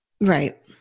Right